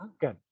good